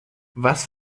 was